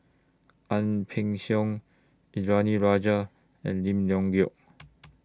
Ang Peng Siong Indranee Rajah and Lim Leong Geok